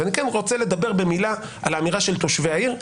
ואני כן רוצה לדבר במילה על האמירה של תושבי העיר,